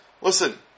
Listen